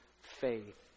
faith